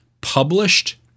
published